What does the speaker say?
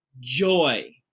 joy